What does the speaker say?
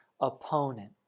opponent